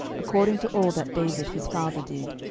according to all that david his father did.